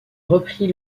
repris